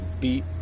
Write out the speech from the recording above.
beat